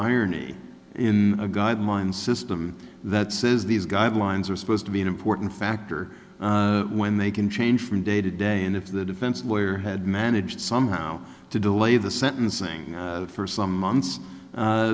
irony in a guideline system that says these guidelines are supposed to be an important factor when they can change from day to day and if the defense lawyer had managed somehow to delay the sentencing for some